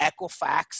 Equifax